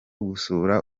gusura